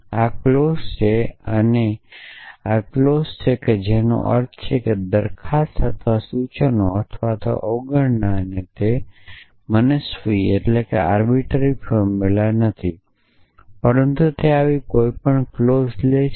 આ અહી ક્લોઝ છે આ પણ ક્લોઝ છે અને આ પણ ક્લોઝ છે જેનો અર્થ છે કનસીસ્ટન્સ અથવા પ્રપોજીશન અથવા પ્રપોજીશનનું નેગેશન તે મનસ્વી ફોર્મુલા નથી પરંતુ તે આવી કોઈપણ ક્લોઝ લે છે